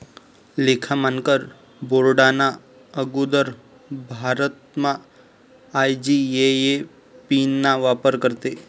लेखा मानकर बोर्डना आगुदर भारतमा आय.जी.ए.ए.पी ना वापर करेत